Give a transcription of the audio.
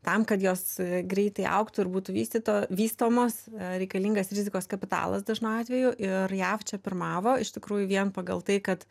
tam kad jos greitai augtų ir būtų vystyto vystomos reikalingas rizikos kapitalas dažnu atveju ir jav čia pirmavo iš tikrųjų vien pagal tai kad